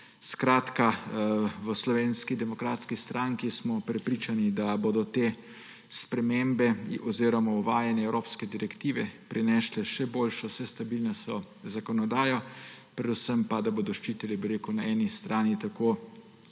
enot. V Slovenski demokratski stranki smo prepričani, da bodo te spremembe oziroma uvajanje evropske direktive prinesle še boljšo, še stabilnejšo zakonodajo, predvsem pa, da bodo ščitile na eni strani tako